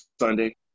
Sunday